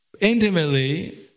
intimately